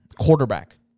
quarterback